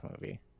movie